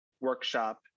workshop